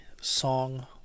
song